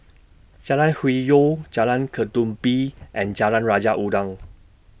Jalan Hwi Yoh Jalan Ketumbit and Jalan Raja Udang